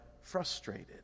frustrated